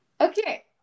Okay